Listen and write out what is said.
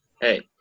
Hey